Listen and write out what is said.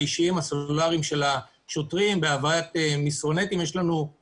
לשוטרים יש שיקול דעת,